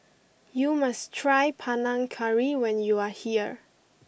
you must try Panang Curry when you are here